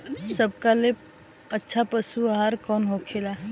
सबका ले अच्छा पशु आहार कवन होखेला?